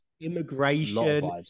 immigration